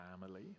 family